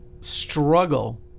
Struggle